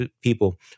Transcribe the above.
people